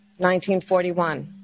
1941